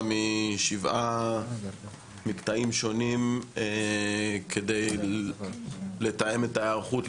משבעה מקטעים שונים כדי לתאם את ההיערכות,